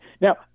Now